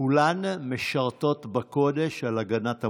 וכולן משרתות בקודש על הגנת המולדת.